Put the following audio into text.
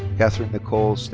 katherine nicole